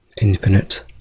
infinite